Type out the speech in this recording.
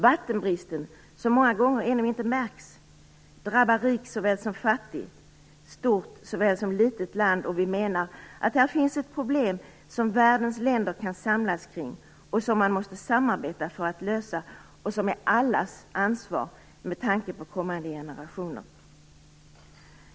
Vattenbristen, som många gånger ännu inte märks, drabbar rik såväl som fattig, stort såväl som litet land, och vi menar att det här finns ett problem som världens länder kan samlas kring och som man måste samarbeta om för att lösa och som är allas ansvar med tanke på kommande generationer.